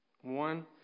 one